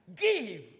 give